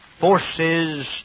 forces